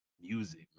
music